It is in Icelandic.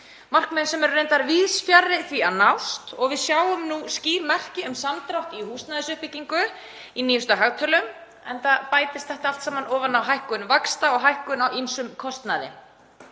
markmiðum sem eru reyndar víðs fjarri því að nást. Við sjáum skýr merki um samdrátt í húsnæðisuppbyggingu í nýjustu hagtölum, enda bætist þetta allt saman ofan á hækkun vaxta og hækkun á ýmsum kostnaði.